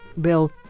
Bill